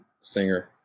singer